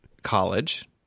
college